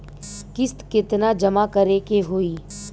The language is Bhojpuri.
किस्त केतना जमा करे के होई?